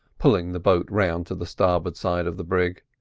pulling the boat round to the starboard side of the brig.